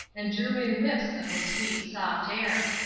and drew in whiffs of the sweet, soft air.